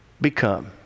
become